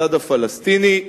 הצד הפלסטיני,